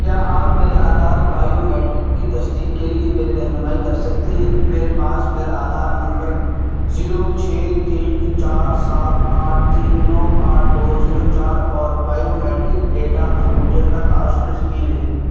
کیا آپ میرے آدھار بائیومیٹرک کی تصدیق کے لیے میری رہنمائی کر سکتے ہیں میرے پاس میرا آدھار نمبر زیرو چھ تین چار سات آٹھ تین نو آٹھ دو زیرو چار اور بائیومیٹرک ڈیٹا انگوٹھے کا تأثر اسکین ہے